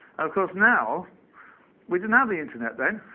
of course, now we didn't have the internet then.